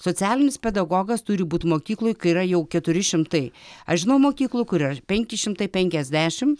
socialinis pedagogas turi būt mokykloj yra jau keturi šimtai aš žinau mokyklų kurioj penki šimtai penkiasdešimt